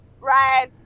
Right